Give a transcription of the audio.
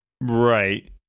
Right